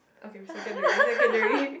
okay secondary secondary